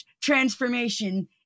transformation